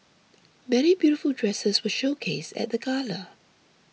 many beautiful dresses were showcased at the gala